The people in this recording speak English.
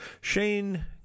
Shane